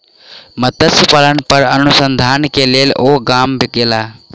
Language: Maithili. मत्स्य पालन पर अनुसंधान के लेल ओ गाम गेला